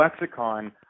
lexicon